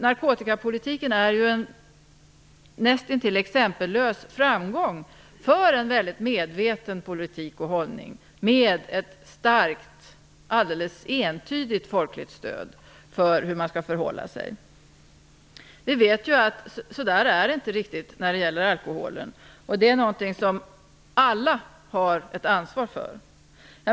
Narkotikapolitiken är en näst intill exempellös framgång för en väldigt medveten politik och hållning. Det finns ett starkt och entydigt folkligt stöd för hur man skall förhålla sig. Vi vet ju att det inte är riktigt på samma sätt när det gäller alkoholen, och det är någonting som alla har ett ansvar för.